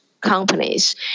companies